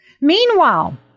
Meanwhile